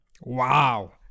Wow